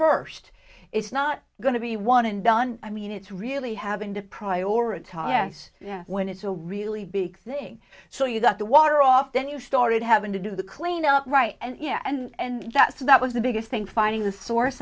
first it's not going to be one and done i mean it's really having to prioritize yeah when it's a really big thing so you got the water off then you started having to do the cleanup right and yeah and that's that was the biggest thing finding the source